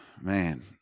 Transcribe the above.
man